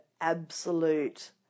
absolute